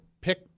pick